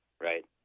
right